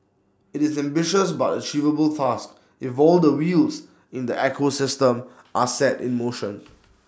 IT is an ambitious but achievable task if all the wheels in the ecosystem are set in motion